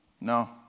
No